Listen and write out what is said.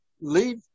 leave